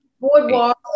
boardwalk